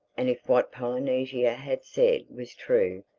and if what polynesia had said was true,